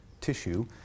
tissue